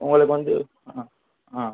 உங்களுக்கு வந்து ஆ ஆ